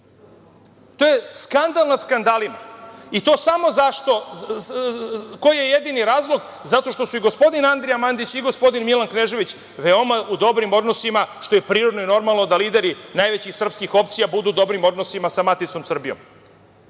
To je skandal nad skandalima. Koji je jedini razlog? Zato što su i gospodin Andrija Mandić i gospodin Milan Knežević su u veoma dobrim odnosima, što je prirodno i normalno da lideri najvećih srpskih opcija budu u dobrim odnosima sa maticom Srbijom. Bez